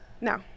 No